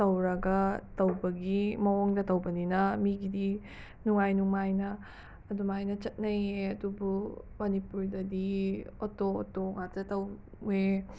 ꯇꯧꯔꯒ ꯇꯧꯕꯒꯤ ꯃꯑꯣꯡꯗ ꯇꯧꯕꯅꯤꯅ ꯃꯤꯒꯤꯗꯤ ꯅꯨꯡꯉꯥꯏ ꯅꯨꯡꯉꯥꯏꯅ ꯑꯗꯨꯃꯥꯏꯅ ꯆꯠꯅꯩꯌꯦ ꯑꯗꯨꯕꯨ ꯃꯅꯤꯄꯨꯔꯗꯗꯤ ꯑꯣꯇꯣ ꯑꯣꯇꯣ ꯉꯥꯛꯇ ꯇꯧꯋꯦ